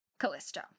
Callisto